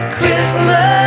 Christmas